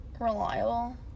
Reliable